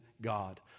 God